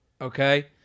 Okay